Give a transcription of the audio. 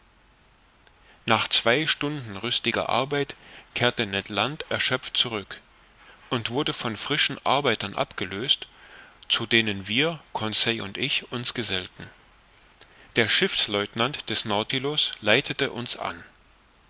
nach zwei stunden rüstiger arbeit kehrte ned land erschöpft zurück und wurde von frischen arbeitern abgelöst zu denen wir conseil und ich uns gesellten der schiffslieutenant des nautilus leitete uns an